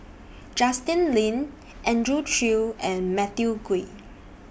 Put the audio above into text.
Justin Lean Andrew Chew and Matthew Ngui